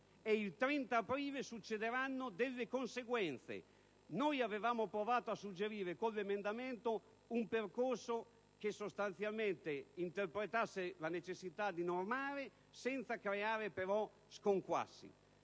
Il 30 aprile ci saranno delle conseguenze. Abbiamo provato a suggerire con l'emendamento 4.0.16 un percorso che sostanzialmente interpretasse la necessità di normare, senza creare però sconquassi.